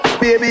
Baby